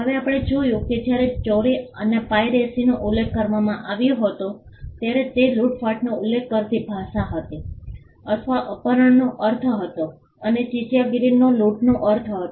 હવે આપણે જોયું કે જ્યારે ચોરી અને પાઇરેસીનો ઉલ્લેખ કરવામાં આવ્યો હતો ત્યારે તે લૂંટફાટનો ઉલ્લેખ કરતી ભાષા હતી અથવા અપહરણનો અર્થ હતો અને ચાંચિયાગીરીનો લૂંટનો અર્થ હતો